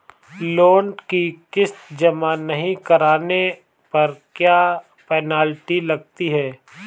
Loan की किश्त जमा नहीं कराने पर क्या पेनल्टी लगती है?